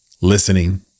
listening